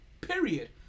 period